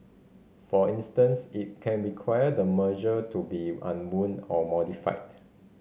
for instance it can require the merger to be unwound or modified